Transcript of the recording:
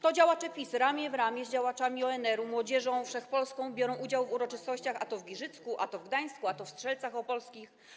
To działacze PiS ramię w ramię z działaczami ONR-u, Młodzieżą Wszechpolską biorą udział w uroczystościach a to w Giżycku, a to w Gdańsku, a to w Strzelcach Opolskich.